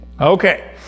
okay